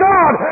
God